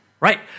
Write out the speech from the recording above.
right